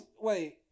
Wait